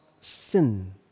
sin